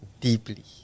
deeply